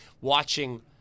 watching